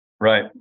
Right